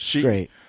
great